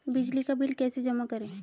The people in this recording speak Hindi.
बिजली का बिल कैसे जमा करें?